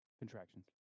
Contractions